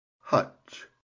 hutch